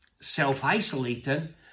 self-isolating